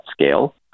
scale